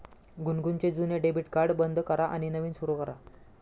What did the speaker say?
गुनगुनचे जुने debit card बंद करा आणि नवीन सुरू करा